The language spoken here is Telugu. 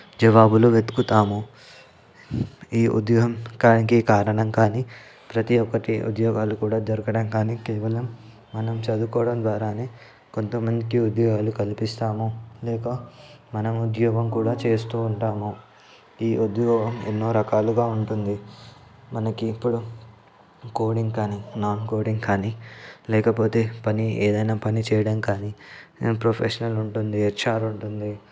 జవాబులు వెతుకుతాము ఈ ఉద్యోగానికి కారణం కానీ ప్రతి ఒక్కటి ఉద్యోగాలు కూడా దొరకడం కానీ కేవలం మనం చదువుకోవడం ద్వారానే కొంతమందికి ఉద్యోగాలు కల్పిస్తాము లేదా మనము ఉద్యోగం కూడా చేస్తూ ఉంటాము ఈ ఉద్యోగం ఎన్నో రకాలుగా ఉంటుంది మనకి ఇప్పుడు కోడింగ్ కానీ నాన్ కోడింగ్ కానీ లేకపోతే పని ఏదైనా పని చేయడం కానీ ప్రొఫెషనల్ ఉంటుంది హెచ్ఆర్ ఉంటుంది